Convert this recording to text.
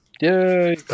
Yay